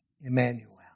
Emmanuel